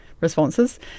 responses